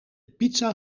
pizza